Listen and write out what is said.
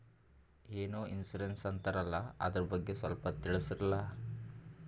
ಏನೋ ಇನ್ಸೂರೆನ್ಸ್ ಅಂತಾರಲ್ಲ, ಅದರ ಬಗ್ಗೆ ಸ್ವಲ್ಪ ತಿಳಿಸರಲಾ?